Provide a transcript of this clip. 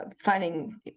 finding